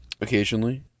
Occasionally